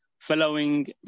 Following